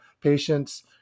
patients